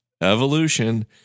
Evolution